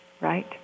right